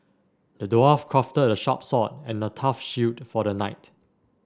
the dwarf crafted a sharp sword and a tough shield for the knight